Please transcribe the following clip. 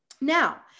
Now